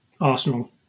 Arsenal